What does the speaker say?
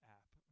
app